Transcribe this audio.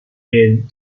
hand